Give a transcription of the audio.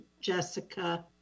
Jessica